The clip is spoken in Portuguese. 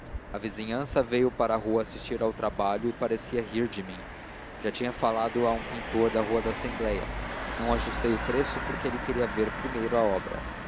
a vizinhança veio para a rua assistir ao trabalho e parecia rir de mim já tinha falado a um pintor da rua da assembleia não ajustei o preço porque ele queria ver primeiro a obra